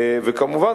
וכמובן,